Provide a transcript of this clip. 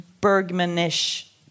Bergman-ish